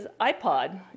iPod